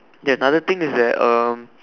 ya another thing is that um